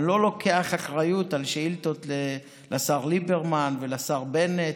אני לא לוקח אחריות על שאילתות לשר ליברמן ולשר בנט.